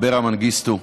אברה מנגיסטו,